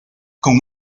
con